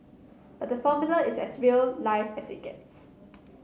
but the Formula is as real life as it gets